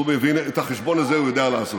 ואת החשבון הזה הוא יודע לעשות.